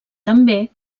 també